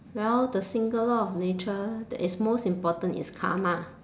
well the single law of nature that is most important is karma